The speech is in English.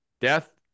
death